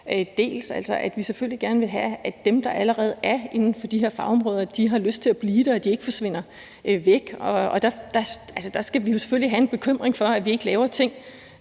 om, at vi selvfølgelig gerne vil have, at dem, der allerede er inden for de her fagområder, har lyst til at blive der, og at de ikke forsvinder væk. Og der skal vi selvfølgelig have en bekymring for, at vi ikke laver ting,